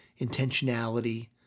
intentionality